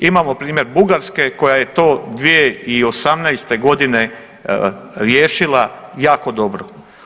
Imamo primjer Bugarske koja je to 2018. godine riješila jako dobro.